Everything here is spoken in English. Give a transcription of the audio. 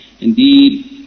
Indeed